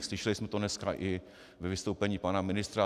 Slyšeli jsme to dneska i ve vystoupení pana ministra.